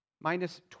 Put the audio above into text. minus